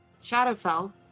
Shadowfell